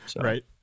Right